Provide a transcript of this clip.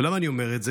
ולמה אני אומר את זה?